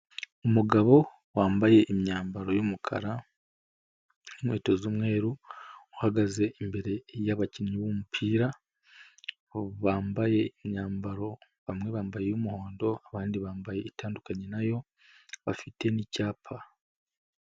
Umugabo wambaye imyambaro y'umukara n'inkweto z'umweru, uhagaze imbere y'abakinnyi b'umupira, bambaye imyambaro, bamwe bambaye iy'umuhondo abandi bambaye itandukanye na yo, bafite n'icyapa.